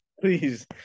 please